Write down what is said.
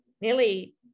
nearly